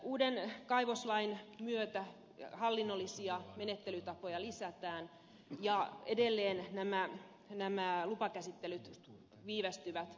uuden kaivoslain myötä hallinnollisia menettelytapoja lisätään ja edelleen lupakäsittelyt viivästyvät